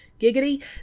giggity